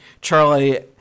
Charlie